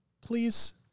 please